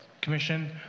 Commission